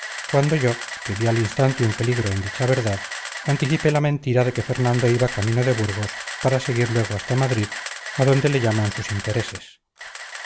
cuando yo que vi al instante un peligro en dicha verdad anticipé la mentira de que fernando iba camino de burgos para seguir luego hasta madrid adonde le llaman sus intereses